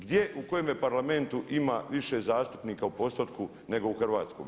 Gdje, u kojem parlamentu ima više zastupnika u postotku nego u hrvatskom?